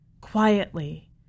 Quietly